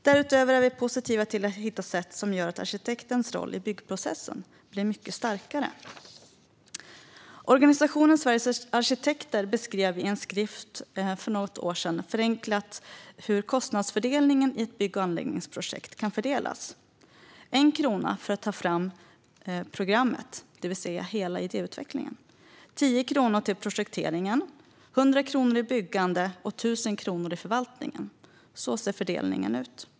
Därutöver är vi positiva till att hitta sätt som gör att arkitektens roll i byggprocessen blir mycket starkare. Organisationen Sveriges Arkitekter beskrev i en skrift för något år sedan förenklat hur kostnaderna i ett bygg och anläggningsprojekt kan fördelas: en krona för att ta fram programmet, det vill säga hela idéutvecklingen, tio kronor till projekteringen, hundra kronor till byggande och tusen kronor till förvaltningen. Så ser fördelningen ut.